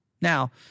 Now